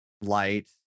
light